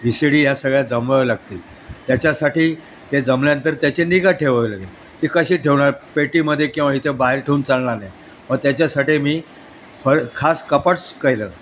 V C D ह्या सगळ्या जमवाव्या लागतील त्याच्यासाठी ते जमल्यानंतर त्याचे निगा ठेवावे लागेल ते कशी ठेवणार पेटीमध्ये किंवा इथे बाहेर ठेऊन चालणार नाही मग त्याच्यासाठी मी फर खास कपाट्स कैलं